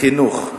בחינוך,